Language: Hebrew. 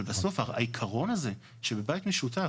אבל בסוף העיקרון הזה שבבית משותף,